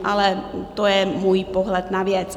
Ale to je můj pohled na věc.